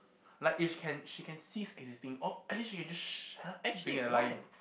like if can she can cease existing or actually she can just shut up acting at lying